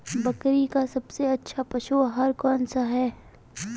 बकरी का सबसे अच्छा पशु आहार कौन सा है?